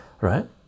right